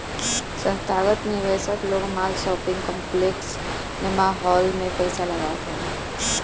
संथागत निवेशक लोग माल, शॉपिंग कॉम्प्लेक्स, सिनेमाहाल में पईसा लगावत हवन